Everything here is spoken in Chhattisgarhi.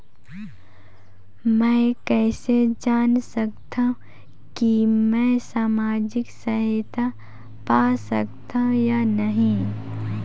मै कइसे जान सकथव कि मैं समाजिक सहायता पा सकथव या नहीं?